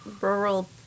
rural